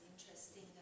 interesting